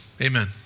amen